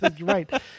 right